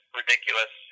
ridiculous